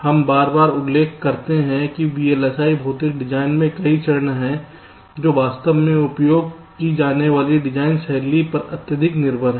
हम बार बार उल्लेख करते हैं कि VLSI भौतिक डिजाइन में कई चरण हैं जो वास्तव में उपयोग की जाने वाली डिजाइन शैली पर अत्यधिक निर्भर हैं